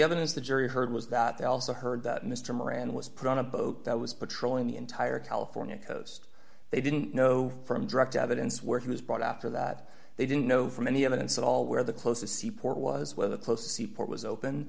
evidence the jury heard was that they also heard that mr moran was put on a boat that was patrolling the entire california coast they didn't know from direct evidence where he was brought after that they didn't know from any evidence at all where the closest sea port was whether close sea port was open